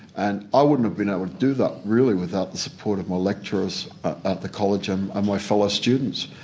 and i wouldn't have been able to do that really without the support of my lecturers at the college and um ah my fellow students.